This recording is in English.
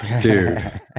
dude